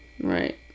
Right